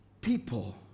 people